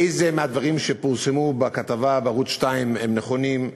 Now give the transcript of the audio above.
איזה מהדברים שפורסמו בכתבה בערוץ 2 הם נכונים,